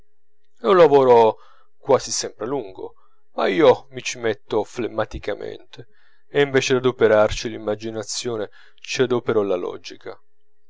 un lavoro quasi sempre lungo ma io mi ci metto flemmaticamente e invece d'adoperarci l'immaginazione ci adopero la logica